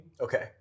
Okay